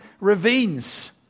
ravines